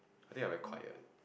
I think I very quiet